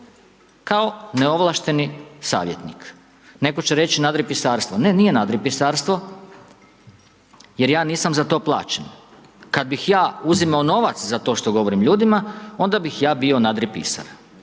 ne nije …/Govornik se ne razumije./… pisarstvo, jer ja nisam za to plaćen. Kada bih ja uzimao novac za to što govorim ljudima, onda bih ja bio nadripisar.